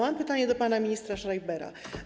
Mam pytanie do pana ministra Schreibera.